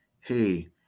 hey